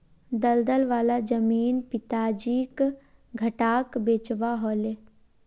दलदल वाला जमीन पिताजीक घटाट बेचवा ह ले